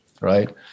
right